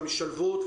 לכל המשלבות,